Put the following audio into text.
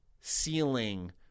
ceiling